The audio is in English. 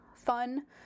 fun